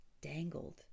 dangled